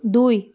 দুই